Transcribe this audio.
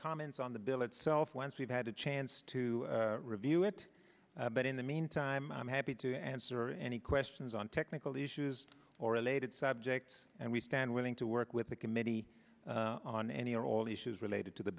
comments on the bill itself once we've had a chance to review it but in the meantime i'm happy to answer any questions on technical issues or related subjects and we stand willing to work with the committee on any or all issues related to the